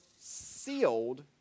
sealed